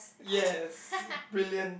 yes brilliant